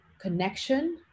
connection